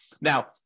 Now